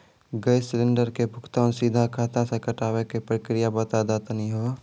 Gas cylinder के भुगतान सीधा खाता से कटावे के प्रक्रिया बता दा तनी हो?